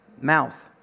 mouth